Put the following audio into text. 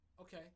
okay